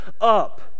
up